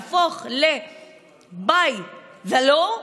יהפוך ל-by the law,